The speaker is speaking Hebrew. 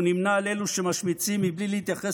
והוא נמנה עם אלו שמשמיצים בלי להתייחס